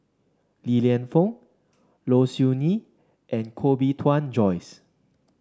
Li Lienfung Low Siew Nghee and Koh Bee Tuan Joyce